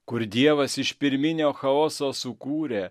kur dievas iš pirminio chaoso sukūrė